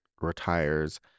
retires